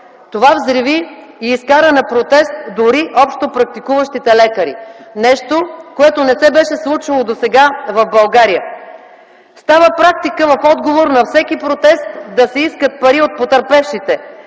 Това взриви и изкара на протест дори общопрактикуващите лекари – нещо, което не се беше случвало досега в България. Става практика в отговор на всеки протест да се искат пари от потърпевшите.